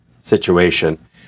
situation